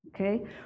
Okay